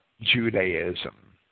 Judaism